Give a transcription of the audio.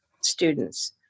students